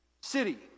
city